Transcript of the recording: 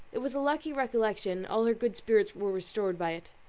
it was a lucky recollection, all her good spirits were restored by it.